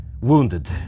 wounded